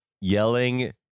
yelling